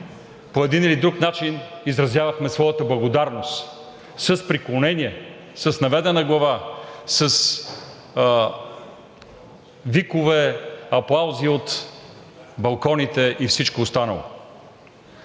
по един или друг начин изразявахме своята благодарност с преклонение, с наведена глава, с викове, аплаузи от балконите и всичко останало.